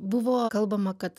buvo kalbama kad